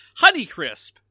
Honeycrisp